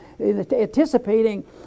anticipating